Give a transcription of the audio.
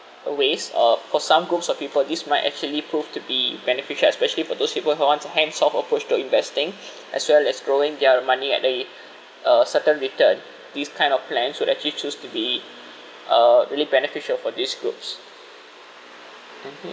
uh waste uh for some groups of people this might actually proved to be beneficial especially for those people who wants a hands off approach to investing as well as growing their money at the a certain return these kind of plans would actually choose to be uh really beneficial for this groups mmhmm